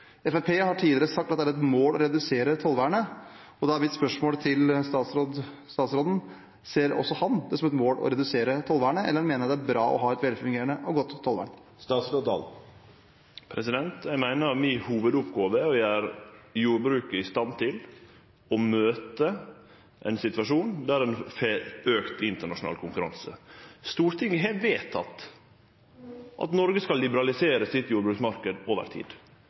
Fremskrittspartiet har tidligere sagt at det er et mål å redusere tollvernet, og da er mitt spørsmål til statsråden: Ser også han det som et mål å redusere tollvernet, eller mener han det er bra å ha et velfungerende og godt tollvern? Eg meiner at mi hovudoppgåve er å gjere jordbruket i stand til å møte ein situasjon der ein får auka internasjonal konkurranse. Stortinget har vedteke at Noreg skal liberalisere sin jordbruksmarknad over tid